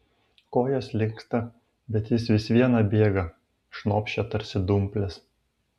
kojos linksta bet jis vis viena bėga šnopščia tarsi dumplės